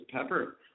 pepper